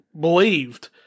believed